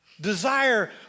Desire